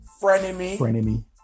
Frenemy